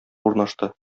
урнашты